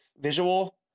visual